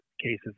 cases